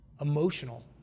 emotional